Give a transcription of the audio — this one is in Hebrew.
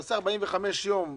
תקבע 45 ימים,